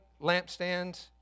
lampstands